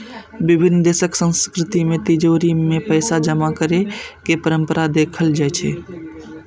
विभिन्न देशक संस्कृति मे तिजौरी मे पैसा जमा करै के परंपरा देखल जाइ छै